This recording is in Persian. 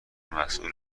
مسول